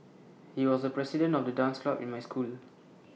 he was the president of the dance club in my school